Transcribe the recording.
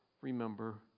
remember